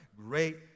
Great